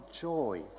joy